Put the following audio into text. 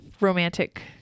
romantic